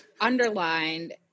underlined